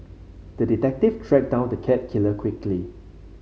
the detective tracked down the cat killer quickly